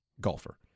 golfer